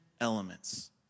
elements